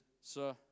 sir